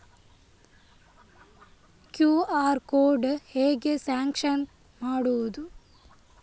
QR code ಹೇಗೆ scan ಮಾಡುವುದು?